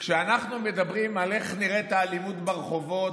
כשאנחנו מדברים על איך נראית האלימות ברחובות,